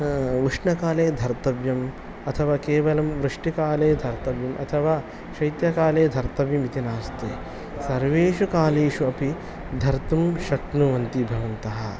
उष्णकाले धर्तव्यम् अथवा केवलं वृष्टिकाले धर्तव्यम् अथवा शैत्यकाले धर्तव्यम् इति नास्ति सर्वेषु कालेषु अपि धर्तुं शक्नुवन्ति भवन्तः